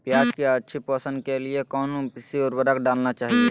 प्याज की अच्छी पोषण के लिए कौन सी उर्वरक डालना चाइए?